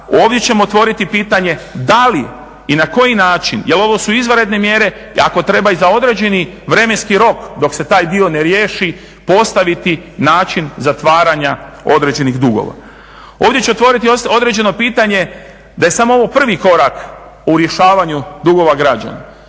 ovdje ćemo otvoriti pitanje da li i na koji način, jer ovo su izvanredne mjere, i ako treba i za određeni vremenski rok dok se taj dio ne riješi postaviti način zatvaranja određenih dugova. Ovdje ću otvoriti određene pitanje da je ovo samo prvi korak u rješavanju dugova građana.